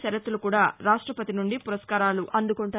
శరత్లు కూడా రాష్టపతి నుండి పురస్కారాలు అందుకుంటారు